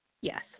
Yes